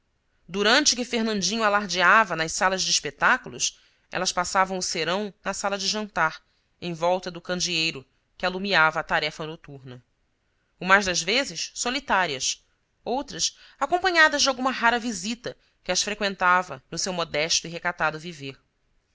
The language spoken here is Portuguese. durante que fernandinho alardeava nas salas de espetáculos elas passavam o serão na sala de jantar em volta do candeei ro que alumiava a tarefa noturna o mais das vezes solitárias outras acompanhadas de alguma rara visita que as freqüentava no seu modesto e recatado viver